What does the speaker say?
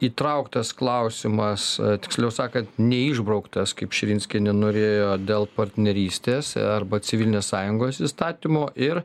įtrauktas klausimas tiksliau sakant neišbrauktas kaip širinskienė norėjo dėl partnerystės arba civilinės sąjungos įstatymo ir